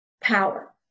power